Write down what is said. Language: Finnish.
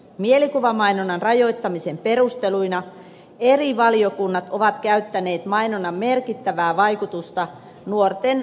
mielikuvamainonnan rajoittamisen perusteluina eri valiokunnat ovat käyttäneet mainonnan merkittävää vaikutusta nuorten alkoholimyönteiseen elämäntapaan